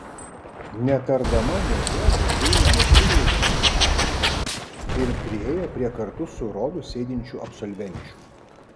netardama nė žodžio džeinė nusigręžė nuo stalo ir priėjo prie kartu su rodu sėdinčių absolvenčių